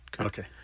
Okay